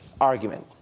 argument